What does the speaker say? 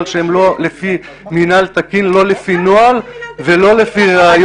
שהם לא לפי מינהל תקין ולא לפי נוהל ולא לפי ראיות.